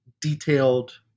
detailed